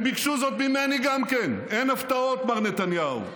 הם ביקשו זאת גם ממני: אין הפתעות, מר נתניהו.